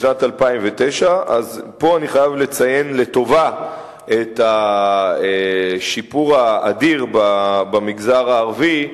בשנת 2009. פה אני חייב לציין לטובה את השיפור האדיר במגזר הערבי,